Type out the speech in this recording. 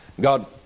God